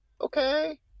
okay